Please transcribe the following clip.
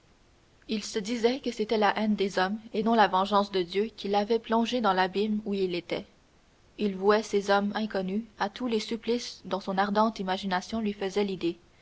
il se disait que c'était la haine des hommes et non la vengeance de dieu qui l'avait plongé dans l'abîme où il était il vouait ces hommes inconnus à tous les supplices dont son ardente imagination lui fournissait l'idée